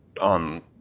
on